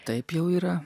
taip jau yra